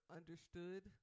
understood